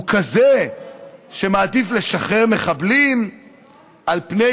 הוא כזה שמעדיף לשחרר מחבלים על פני,